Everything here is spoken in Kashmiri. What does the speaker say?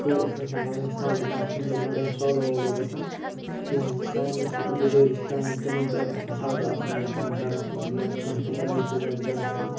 کٔر اِتھَے کٔنۍ لڑٲے سالوٗ نَتہٕ چھِنہٕ یہِ لَڑٲے سالوٗ والوٗ گژھان کِہیٖنۍ سارنٕے چھُس بہٕ گُزٲرِش کَران تِمَن تہِ اگر فصاد آسَن وۄتھان گرَس منٛز یا کانٛہہ تہِ کرٛایسٕز آسہِ گرَس منٛز